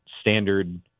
standard